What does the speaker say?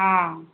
ହଁ